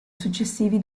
successivi